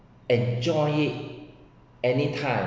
enjoy it anytime